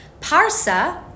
Parsa